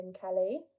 Kelly